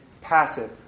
passive